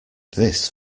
this